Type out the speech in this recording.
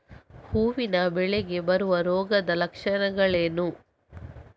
ಹೂವಿನ ಬೆಳೆಗೆ ಬರುವ ರೋಗದ ಲಕ್ಷಣಗಳೇನು?